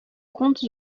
compte